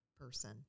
person